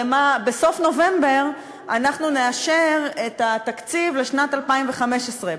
הרי בסוף נובמבר אנחנו נאשר את התקציב לשנת 2015,